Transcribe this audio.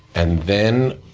and then,